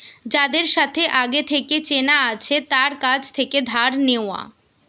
যাদের সাথে আগে থেকে চেনা আছে তার কাছ থেকে ধার নেওয়া